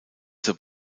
zur